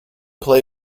play